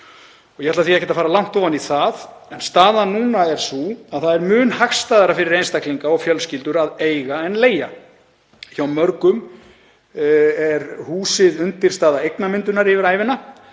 Ég ætla því ekkert að fara langt ofan í það. Staðan núna er sú að það er mun hagstæðara fyrir einstaklinga og fjölskyldur að eiga en leigja. Hjá mörgum er húsið undirstaða eignamyndunar yfir ævina.